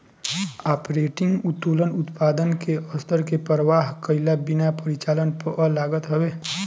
operating उत्तोलन उत्पादन के स्तर के परवाह कईला बिना परिचालन पअ लागत हवे